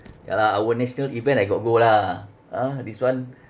ya lah our national event I got go lah ah this [one]